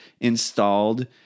installed